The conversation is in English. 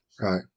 Right